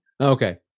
Okay